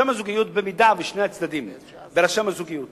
אם שני הצדדים ברשם הזוגיות